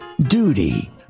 duty